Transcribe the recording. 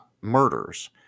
murders